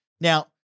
Now